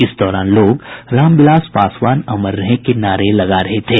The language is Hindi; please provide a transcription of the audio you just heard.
इस दौरान लोग रामविलास पासवान अमर रहें के नारे लगा रहे थे